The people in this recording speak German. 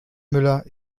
müller